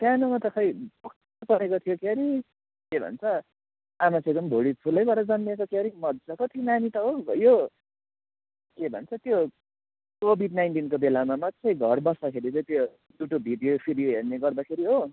सानोमा त खोइ पक्क परेको थियो क्यारे के भन्छ आमा चाहिँको भुँडी ठुलै भएर जन्मेको क्यारे मजाको थियो नानी त हो यो के भन्छ त्यो कोभिड नाइन्टिनको बेलामा मात्र घर बस्दाखेरि चाहिँ त्यो यु ट्युब भिडियो सिडियो हेर्ने गर्दाखेरि हो